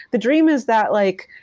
the dream is that like,